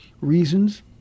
reasons